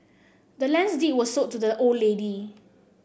the land's deed was sold to the old lady